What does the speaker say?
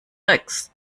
rex